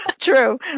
true